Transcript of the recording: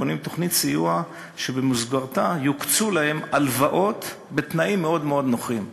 ובונים תוכנית סיוע שבמסגרתה יוקצו להם הלוואות בתנאים מאוד מאוד נוחים,